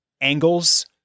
Angles